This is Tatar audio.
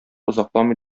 озакламый